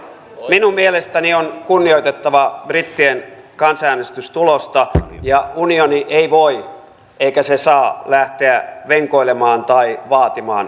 minun mielestäni on kunnioitettava brittien kansanäänestystulosta ja unioni ei voi eikä saa lähteä venkoilemaan tai vaatimaan uutta kansanäänestystä